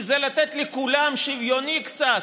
כי זה לתת לכולם, שוויוני, קצת.